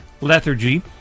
lethargy